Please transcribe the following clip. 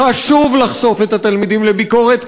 חשוב לחשוף את התלמידים לביקורת,